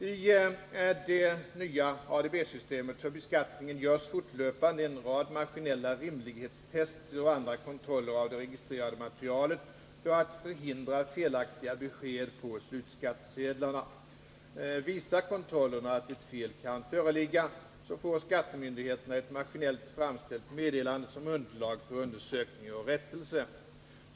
I det nya ADB-systemet för beskattningen görs fortlöpande en rad maskinella rimlighetstester och andra kontroller av det registrerade materialet för att förhindra felaktiga besked på slutskattesedlarna. Visar kontrollerna att ett fel kan föreligga får skattemyndigheterna ett maskinellt framställt meddelande som underlag för undersökning och rättelse.